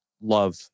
love